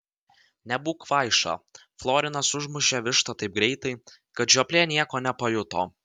nebūk kvaiša florinas užmušė vištą taip greitai kad žioplė nieko nepajuto